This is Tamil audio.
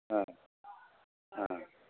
ஆ ஆ